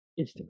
Instagram